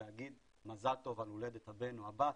להגיד מזל טוב על הולדת הבן או הבת,